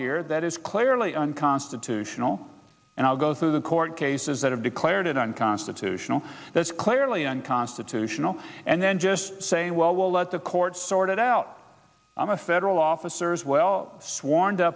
here that is clearly unconstitutional and i'll go through the court cases that have declared it unconstitutional that's clearly unconstitutional and then just say well we'll let the courts sort it out i'm a federal officers well sworn to